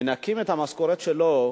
ומנכים ממשכורת שלו,